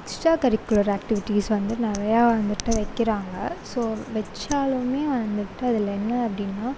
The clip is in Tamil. எக்ஸ்ட்ரா கரிக்குலர் ஆக்டிவிட்டீஸ் வந்து நிறையா வந்துவிட்டு வைக்கிறாங்க ஸோ வச்சாலும் வந்துவிட்டு அதில் என்ன அப்படீன்னா